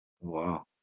Wow